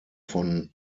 von